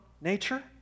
nature